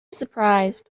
surprised